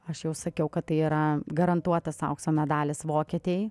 aš jau sakiau kad tai yra garantuotas aukso medalis vokietei